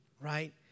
right